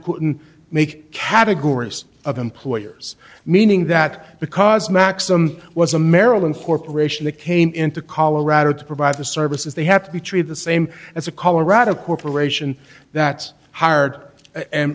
couldn't make categories of employers meaning that because maxim was a maryland corporation that came into colorado to provide the services they have to be treated the same as a colorado corporation that hired